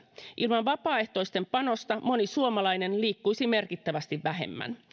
ilman vapaaehtoisten panosta moni suomalainen liikkuisi merkittävästi vähemmän